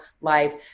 live